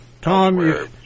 Tom